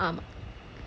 ஆமா:aamaa